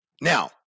Now